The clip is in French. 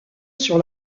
sur